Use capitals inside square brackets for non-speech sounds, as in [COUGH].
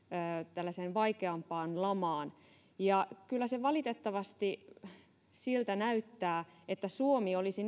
tällaiseen vaikeampaan lamaan ja kyllä se valitettavasti siltä näyttää että suomi olisi [UNINTELLIGIBLE]